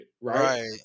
Right